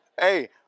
Hey